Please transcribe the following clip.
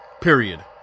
Period